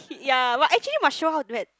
ya but actually must show how to do that